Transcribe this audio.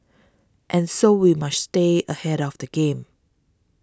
and so we must stay ahead of the game